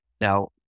Now